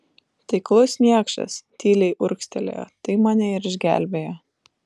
taiklus niekšas tyliai urgztelėjo tai mane ir išgelbėjo